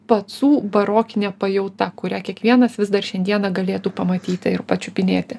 pacų barokinė pajauta kurią kiekvienas vis dar šiandieną galėtų pamatyti ir pačiupinėti